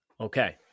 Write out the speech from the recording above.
Okay